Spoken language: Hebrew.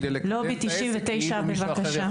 לובי 99. בבקשה.